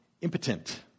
impotent